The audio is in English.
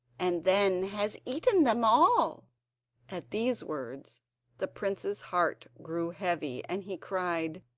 and then has eaten them all at these words the prince's heart grew heavy, and he cried,